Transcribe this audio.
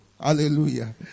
hallelujah